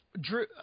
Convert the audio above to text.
Drew